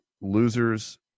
losers